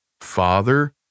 Father